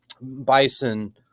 bison